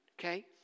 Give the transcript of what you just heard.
okay